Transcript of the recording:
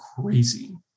crazy